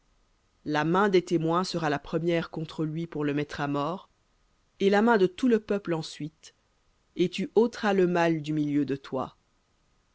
la main des témoins sera la première contre lui pour le mettre à mort et la main de tout le peuple ensuite et tu ôteras le mal du milieu de toi